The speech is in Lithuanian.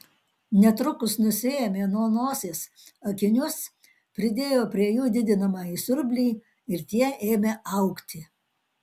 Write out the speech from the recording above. netrukus nusiėmė nuo nosies akinius pridėjo prie jų didinamąjį siurblį ir tie ėmė augti